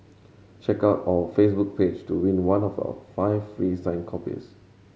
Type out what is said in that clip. check out our Facebook page to win one of our five free signed copies